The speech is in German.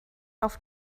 auf